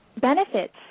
Benefits